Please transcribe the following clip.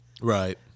Right